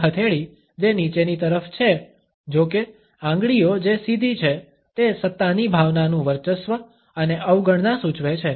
એક હથેળી જે નીચેની તરફ છે જો કે આંગળીઓ જે સીધી છે તે સત્તાની ભાવનાનું વર્ચસ્વ અને અવગણના સૂચવે છે